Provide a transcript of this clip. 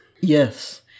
Yes